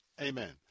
Amen